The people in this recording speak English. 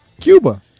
Cuba